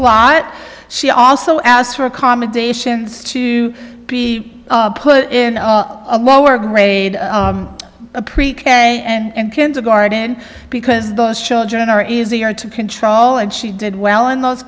lot she also asked for accommodations to be put in a lower grade a pre k and kindergarten because those children are easier to control and she did well in those